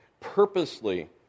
purposely